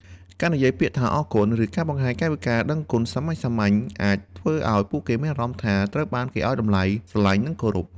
ការនិយាយពាក្យថា "អរគុណ" ឬការបង្ហាញកាយវិការដឹងគុណសាមញ្ញៗ អាចធ្វើឱ្យពួកគេមានអារម្មណ៍ថាត្រូវបានគេឱ្យតម្លៃ ស្រឡាញ់ និងគោរព។